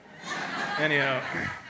anyhow